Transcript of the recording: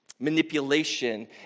manipulation